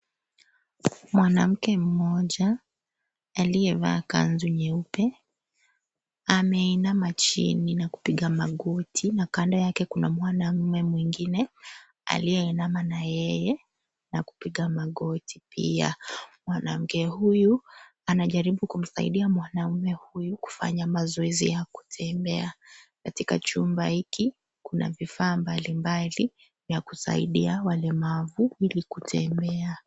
Mwanamke mmoja, aliyevaa kanzu nyeupe, ameinama chini na kupiga magoti na kando yake kuna mwanaume mwingine, aliyeinama na yeye, na kupiga magoti pia, mwanamke huyu anajaribu kumsaidia mwanaume huyu kufanya mazoezi ya kutembea, katika chumba hiki, kuna vifaa mbali mbali, vya kusaidia walemavu, ili kutembea.